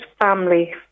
family